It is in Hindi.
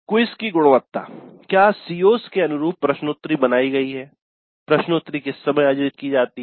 क्विज़ की गुणवत्ता क्या सीओ CO's के अनुरूप प्रश्नोत्तरी बनायी गयी है प्रश्नोत्तरी किस समय आयोजित की जाती है